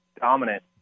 dominant